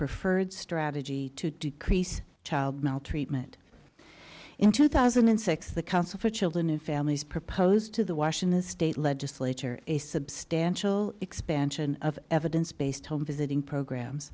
preferred strategy to decrease child maltreatment in two thousand and six the council for children and families proposed to the washington state legislature a substantial expansion of evidence based home visiting programs